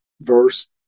verse